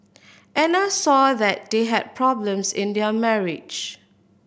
Anna saw that they had problems in their marriage